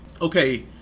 okay